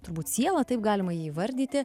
turbūt siela taip galima jį įvardyti